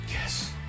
Yes